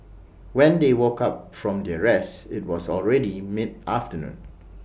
when they woke up from their rest IT was already mid afternoon